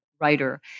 writer